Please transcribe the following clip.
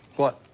what?